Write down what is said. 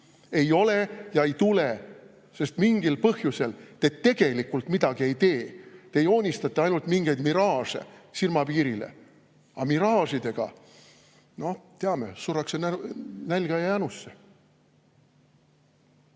Ei ole ja ei tule, sest mingil põhjusel te tegelikult midagi ei tee. Te joonistate ainult mingeid miraaže silmapiirile. Aga miraažidega, teame, surrakse nälga ja janusse.